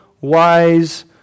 wise